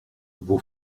vos